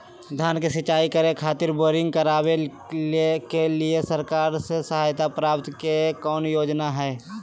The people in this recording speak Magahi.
खेत में सिंचाई करे खातिर बोरिंग करावे के लिए सरकार से सहायता प्राप्त करें के कौन योजना हय?